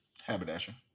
Haberdasher